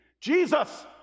Jesus